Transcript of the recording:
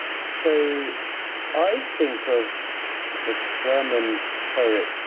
so i think of the german poet,